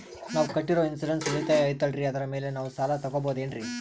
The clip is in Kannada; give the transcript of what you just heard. ನಾವು ಕಟ್ಟಿರೋ ಇನ್ಸೂರೆನ್ಸ್ ಉಳಿತಾಯ ಐತಾಲ್ರಿ ಅದರ ಮೇಲೆ ನಾವು ಸಾಲ ತಗೋಬಹುದೇನ್ರಿ?